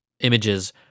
Images